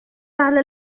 على